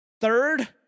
Third